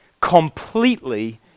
completely